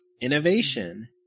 Innovation